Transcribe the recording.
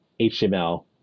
HTML